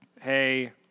hey